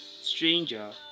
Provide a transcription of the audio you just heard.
stranger